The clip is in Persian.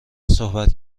صحبت